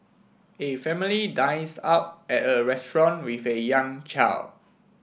a family dines out at a restaurant with a young child